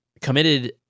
committed